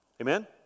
Amen